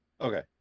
Okay